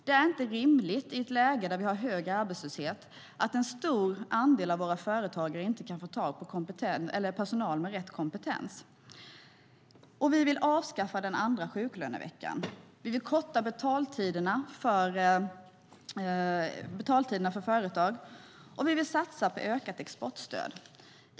Det är inte rimligt i ett läge med hög arbetslöshet att en stor andel av våra företagare inte kan få tag i personal med rätt kompetens. Vi vill avskaffa den andra sjuklöneveckan. Vi vill korta betaltiderna för företag. Och vi vill satsa på ökat exportstöd.